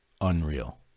unreal